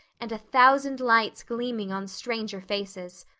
and a thousand lights gleaming on stranger faces.